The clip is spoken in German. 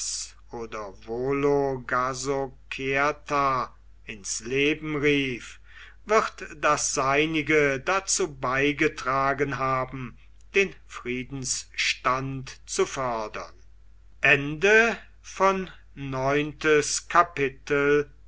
oder vologasokerta ins leben rief wird das seinige dazu beigetragen haben den friedensstand zu fördern